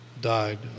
died